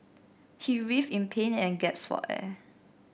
he writhed in pain and gasped for air